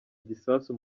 igisasu